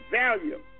value